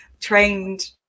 trained